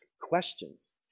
questions